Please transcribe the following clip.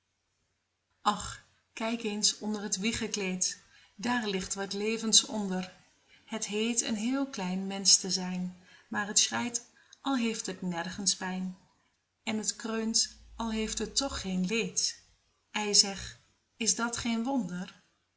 och kijk eens onder t wiegekleed daar ligt wat levends onder het heet een heel klein mensch te zijn maar t schreit al heeft het nergens pijn en t kreunt al heeft het toch geen leed ei zeg is dat geen wonder